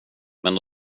men